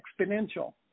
exponential